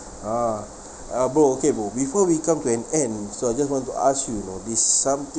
a'ah uh bro okay bro before we come to an end so I just want to ask you bro is something